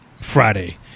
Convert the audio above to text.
Friday